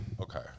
okay